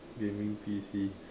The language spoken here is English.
gaming P_C